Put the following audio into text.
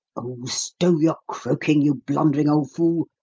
oh, stow your croaking, you blundering old fool!